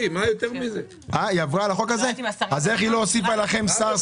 היא לא שאלה